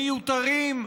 מיותרים,